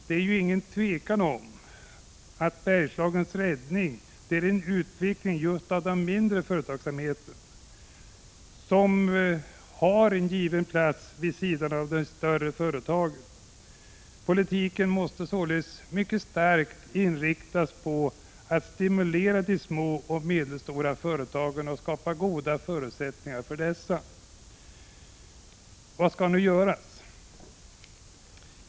Det är ju ingen tvekan om att Bergslagens räddning är en utveckling av den mindre företagsamheten, som har en given plats vid sidan av de större företagen. Politiken måste starkt inriktas på att stimulera de små och medelstora företagen och skapa goda förutsättningar för dessa. Vad skall nu göras?